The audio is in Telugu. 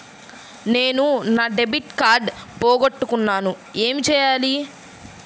నేను నా డెబిట్ కార్డ్ పోగొట్టుకున్నాను ఏమి చేయాలి?